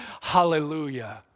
Hallelujah